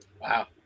Wow